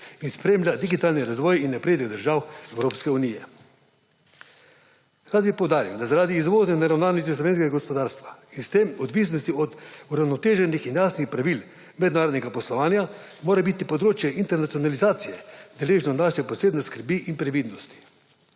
in spremlja digitalni razvoj in napredek držav Evropske unije. Rad bi poudaril, da zaradi izvozne naravnanosti slovenskega gospodarstva in s tem odvisnosti od uravnoteženih in jasnih pravil mednarodnega poslovanja mora biti področje internacionalizacije deležno naše posebne skrbi in previdnosti.